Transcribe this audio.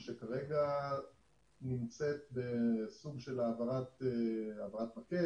כולל מיפוי צרכים של המערכת מבחינת כלל